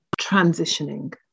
transitioning